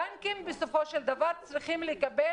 הבנקים בסופו של דבר צריכים לקבל,